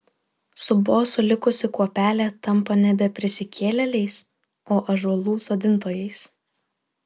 su bosu likusi kuopelė tampa nebe prisikėlėliais o ąžuolų sodintojais